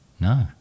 No